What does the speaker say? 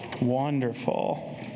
Wonderful